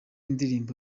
ndirimbo